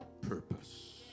purpose